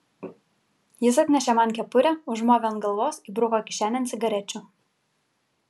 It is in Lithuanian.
jis atnešė man kepurę užmovė ant galvos įbruko kišenėn cigarečių